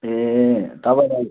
ए तपाईँलाई